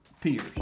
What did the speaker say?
peers